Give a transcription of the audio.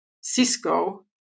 Cisco